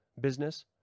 business